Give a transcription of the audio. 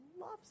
loves